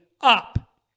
up